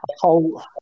whole